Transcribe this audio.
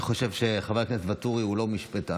אני חושב שחבר הכנסת ואטורי הוא לא משפטן,